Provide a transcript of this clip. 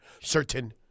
certain